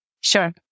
Sure